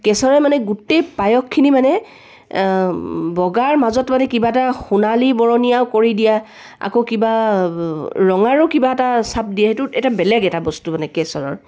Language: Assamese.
কেশৰে মানে গোটেই পায়সখিনি মানে বগাৰ মাজত মানে কিবা এটা সোণালী বৰণীয়া কৰি দিয়া আকৌ কিবা ৰঙাৰো কিবা এটা চাপ দিয়ে সেইটো এটা বেলেগ এটা বস্তু মানে কেশৰৰ